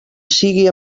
siga